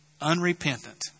unrepentant